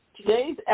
Today's